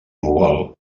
mogol